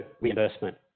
reimbursement